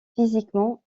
physiquement